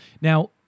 Now